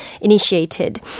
initiated